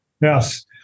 Yes